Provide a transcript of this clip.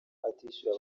atishyura